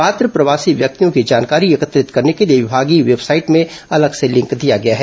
पात्र प्रवासी व्यक्तियों की जानकारी एकत्रित करने के लिए विभागीय वेबसाइट में अलग से लिंक दिया गया है